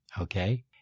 Okay